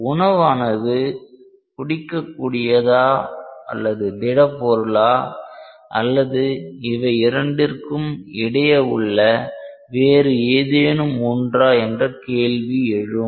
உணவானது குடிக்க கூடியதா அல்லது திடப்பொருளா அல்லது இவை இரண்டிற்கும் இடையே உள்ள வேறு ஏதேனும் ஒன்றா என்ற கேள்வி எழும்